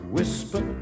Whisper